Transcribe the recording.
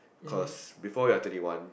cause before you're twenty one